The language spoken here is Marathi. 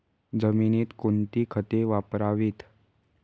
जमिनीत कोणती खते वापरावीत?